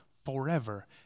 Forever